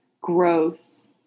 gross